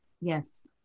Yes